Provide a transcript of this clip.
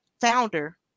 founder